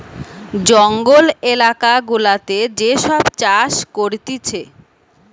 জঙ্গল এলাকা গুলাতে যে সব চাষ করতিছে